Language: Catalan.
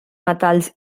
metalls